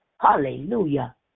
Hallelujah